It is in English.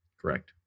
Correct